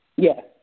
Yes